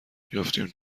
بیفتیم